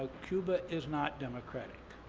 cuba is not democratic.